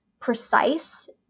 precise